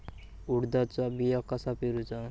उडदाचा बिया कसा पेरूचा?